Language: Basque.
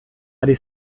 ari